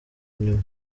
nyuma